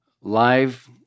live